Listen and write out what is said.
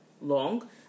long